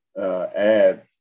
add